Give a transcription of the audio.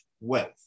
wealth